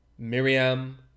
miriam